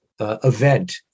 event